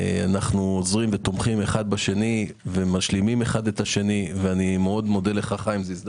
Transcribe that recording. אנו עוזרים ותומכים אחד בשני ומשלימים אחד את השני וזו הזדמנות